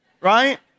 Right